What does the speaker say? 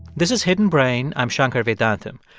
this is hidden brain. i'm shankar vedantam.